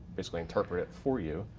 basically interpret it for you.